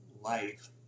life